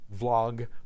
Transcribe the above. vlog